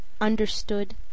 understood